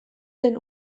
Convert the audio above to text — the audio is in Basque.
den